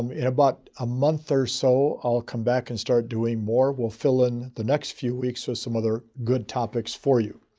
um in about a month or so, i'll come back and start doing more. we'll fill in the next few weeks of so some other good topics for you.